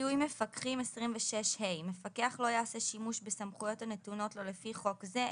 זיהוי מפקחים 26ה. מפקח לא יעשה שימוש בסמכויות הנתונות לו לפי חוק זה,